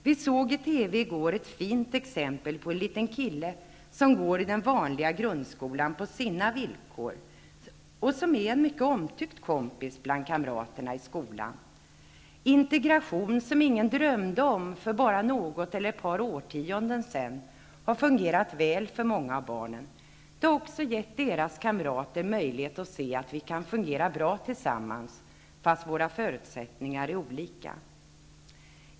Vi såg i TV i går ett fint exempel på en liten kille som går i den vanliga grundskolan på sina villkor och som är en mycket omtyckt kompis bland kamraterna i skolan. Integration, som ingen drömde om för bara något årtionde sedan, har fungerat väl för många av barnen. Det har också givit deras kamrater möjlighet att se att vi kan fungera bra tillsammans, fastän våra förutsättningar är olika.